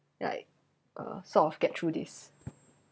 like uh sort of get through this